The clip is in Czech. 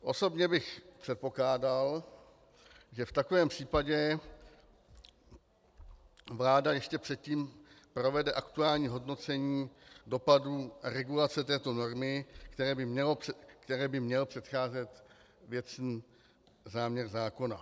Osobně bych předpokládal, že v takovém případě vláda ještě předtím provede aktuální hodnocení dopadů regulace této normy, které by měl předcházet věcný záměr zákona.